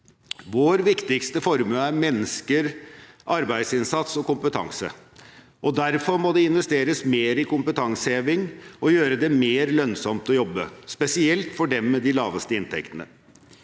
Vår viktigste formue er mennesker, arbeidsinnsats og kompetanse. Derfor må det investeres mer i kompetanseheving, og man må gjøre det mer lønnsomt å jobbe, spesielt for dem med de laveste inntektene.